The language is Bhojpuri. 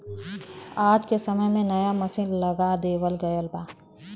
आज के समय में नया मसीन लगा देवल गयल बा